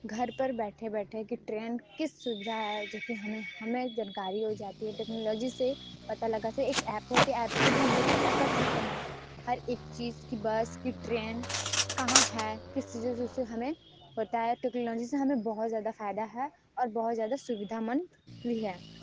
घर पर बैठे बैठे की ट्रेन किस सुविधा है जैसे हमें हमें जानकारी हो जाती है टेक्नोलॉजी से पता लगा से एक ऐप होती है ऐप से भी हम लोग पता कर सकते हैं हर एक चीज कि बस कि ट्रेन कहाँ है किस चीजों से हमें पता है टेक्नोलॉजी से हमें बहुत ज्यादा फायदा है और बहुत ज्यादा सुविधा मन भी है